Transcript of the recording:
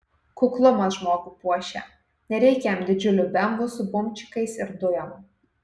kuklumas žmogų puošia nereik jam didžiulių bemvų su bumčikais ir dujom